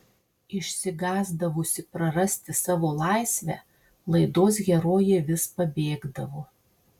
išsigąsdavusi prarasti savo laisvę laidos herojė vis pabėgdavo